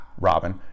Robin